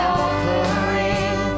offering